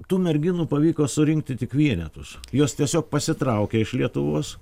tų merginų pavyko surinkti tik vienetus jos tiesiog pasitraukė iš lietuvos